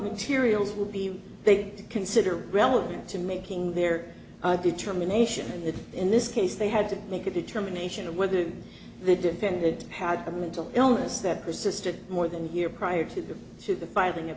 materials will be they consider relevant to making their determination that in this case they had to make a determination of whether the defendant had a mental illness that persisted more than a year prior to the to the filing a